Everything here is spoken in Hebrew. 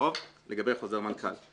לגבי חוזר מנכ"ל.